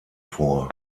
vor